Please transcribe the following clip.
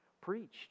preached